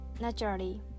naturally